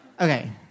Okay